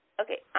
Okay